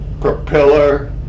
propeller